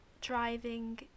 driving